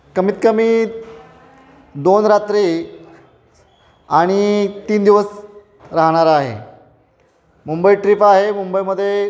कमीतकमी दोन रात्री आणि तीन दिवस राहणार आहे मुंबई ट्रीप आहे मुंबईमध्ये